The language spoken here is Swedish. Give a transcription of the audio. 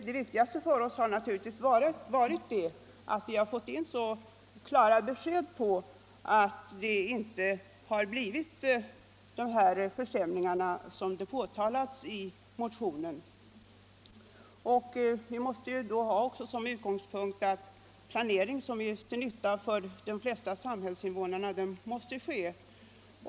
Det viktigaste för oss har emellertid varit att vi fått så klara besked om att det inte blivit sådana försämringar för affärsmännen som det sagts i motionen. Vi måste också ha som utgångspunkt att en planering som är till nytta för de flesta samhällsinvånarna måste ske.